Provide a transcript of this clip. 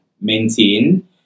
maintain